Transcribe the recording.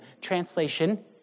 Translation